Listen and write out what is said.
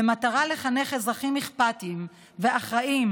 במטרה לחנך אזרחים אכפתיים ואחראיים,